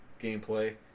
gameplay